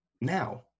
Now